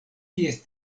ties